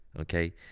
okay